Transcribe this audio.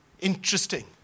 Interesting